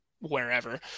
wherever